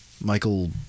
Michael